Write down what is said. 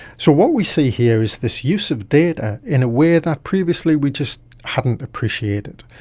so what we see here is this use of data in a way that previously we just hadn't appreciated.